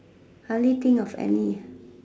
hardly think of any